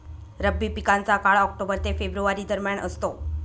रब्बी पिकांचा काळ ऑक्टोबर ते फेब्रुवारी दरम्यान असतो